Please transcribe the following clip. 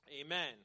Amen